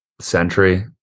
Century